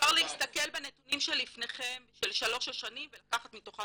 אפשר להסתכל בנתונים שלפניכם של שלוש השנים ולקחת מתוכם